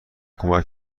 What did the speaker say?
کمک